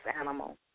animal